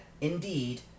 indeed